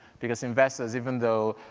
because investors even though,